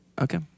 Okay